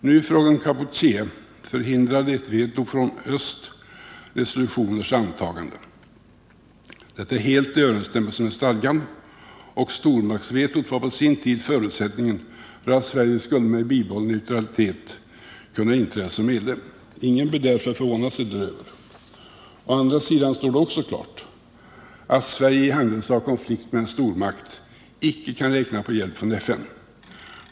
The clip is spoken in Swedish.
Och i fråga om Kampuchea förhindrade ett veto från öst resolutionens antagande. Detta är helt i överensstämmelse med stadgan, och stormaktsvetot var på sin tid förutsättningen för att Sverige med bibehållen neutralitet skulle kunna inträda som medlem. Ingen bör därför förvåna sig däröver. Å andra sidan står det då också klart att Sverige i händelse av konflikt med en stormakt inte kan räkna med hjälp från FN.